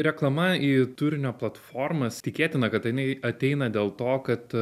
reklama į turinio platformas tikėtina kad jinai ateina dėl to kad